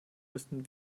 müssen